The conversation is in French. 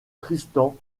tristan